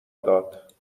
داد